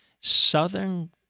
Southern